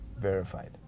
verified